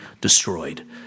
destroyed